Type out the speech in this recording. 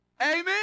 Amen